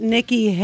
Nikki